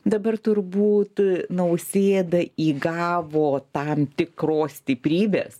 dabar turbūt nausėda įgavo tam tikros stiprybės